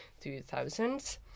2000s